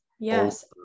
Yes